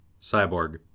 Cyborg